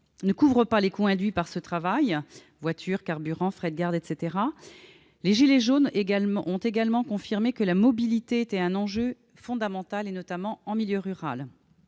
ne couvre pas les coûts induits par ce travail- voiture, carburant, frais de garde, etc. Les « gilets jaunes » ont également confirmé que la mobilité était un enjeu fondamental, notamment en milieu rural.